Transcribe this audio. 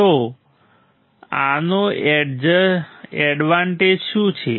તો આનો એડવાન્ટેજ શું છે